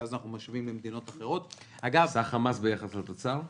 ואז אנחנו משווים עם מדינות אחרות -- סך המס ביחס לתוצר?